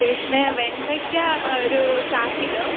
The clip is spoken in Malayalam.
പിന്നെ വെണ്ടയ്ക്ക ഒരു കാൽക്കിലൊ